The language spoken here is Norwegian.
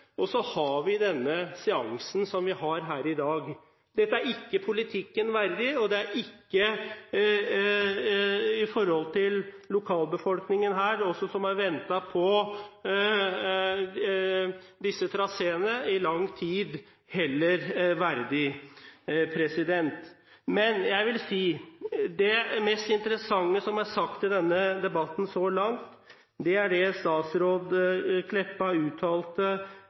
Og så har vi denne seansen som vi har her i dag. Dette er ikke politikken verdig, og i forhold til lokalbefolkningen, som har ventet på disse traseene i lang tid, er det heller ikke verdig. Det mest interessante som har vært sagt i denne debatten så langt, er det statsråd Kleppa uttalte